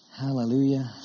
Hallelujah